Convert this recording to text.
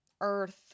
earth